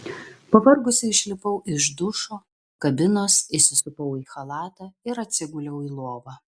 pavargusi išlipau iš dušo kabinos įsisupau į chalatą ir atsiguliau į lovą